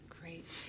Great